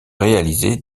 réaliser